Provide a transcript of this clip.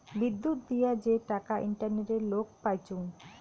বিদ্যুত দিয়া যে টাকা ইন্টারনেটে লোক পাইচুঙ